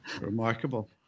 Remarkable